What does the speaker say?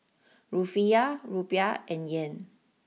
Rufiyaa Rupiah and Yen